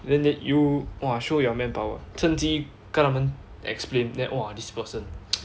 then then you !wah! show your manpower 乘机跟她们 explain then !whoa! this person